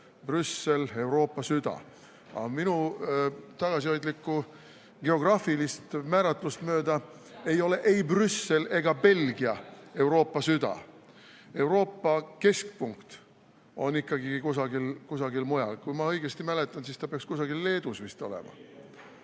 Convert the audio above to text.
Brüssel, Euroopa süda. Aga minu tagasihoidlikku geograafilist määratlust mööda ei ole ei Brüssel ega Belgia Euroopa süda. Euroopa keskpunkt on ikkagi kusagil mujal. Kui ma õigesti mäletan, siis ta peaks kusagil Leedus vist olema.